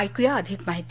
ऐकूया अधिक माहिती